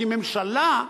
כי ממשלה,